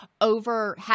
over